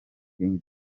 king